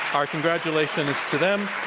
our congratulations to them.